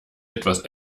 etwas